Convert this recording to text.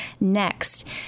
next